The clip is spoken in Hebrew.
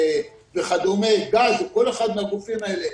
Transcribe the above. גז וכדומה- כל אחד מהגופים האלה